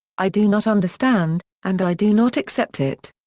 i do not understand, and i do not accept it.